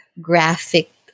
graphic